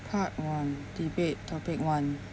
part one debate topic one